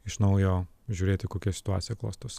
iš naujo žiūrėti kokia situacija klostos